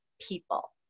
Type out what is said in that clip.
people